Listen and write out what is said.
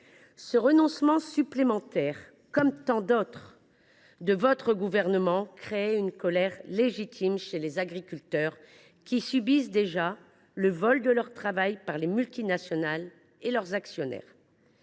Ce renoncement supplémentaire, comme tant d’autres de votre gouvernement, monsieur le ministre, crée une colère légitime chez les agriculteurs, qui subissent déjà le vol de leur travail par les multinationales et par leurs actionnaires.